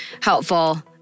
helpful